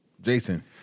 Jason